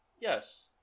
yes